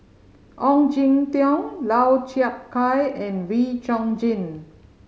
Ong Jin Teong Lau Chiap Khai and Wee Chong Jin